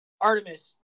Artemis